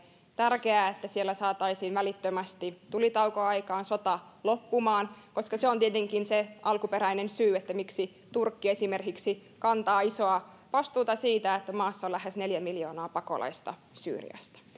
tärkeää että siellä saataisiin välittömästi tulitauko aikaan sota loppumaan koska se on tietenkin se alkuperäinen syy miksi turkki esimerkiksi kantaa isoa vastuuta siitä että maassa on lähes neljä miljoonaa pakolaista syyriasta